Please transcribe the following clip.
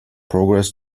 progress